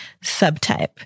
subtype